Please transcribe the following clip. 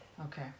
Okay